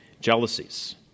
jealousies